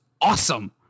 awesome